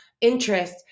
interest